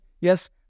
yes